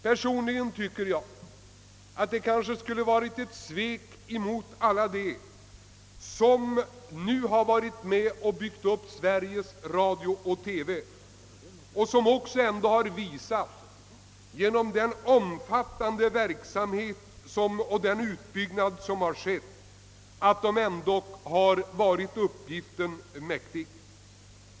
Personligen tycker jag att det skulle ha varit ett svek mot alla dem som har varit med och byggt upp Sveriges Radio —TV och som ändå genom den omfattande verksamhet och utbyggnad som ägt rum visat sig uppgiften mäktiga.